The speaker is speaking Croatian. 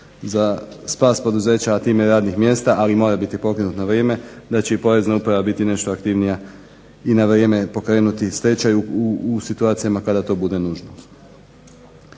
za spas poduzeća a time i radnih mjesta, ali mora biti pokrenut na vrijeme, da će i Porezna uprava biti nešto aktivnija i na vrijeme pokrenuti stečaj u situacijama kada to bude nužno.